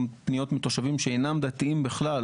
הפניות גם מתושבים שאינם דתיים בכלל,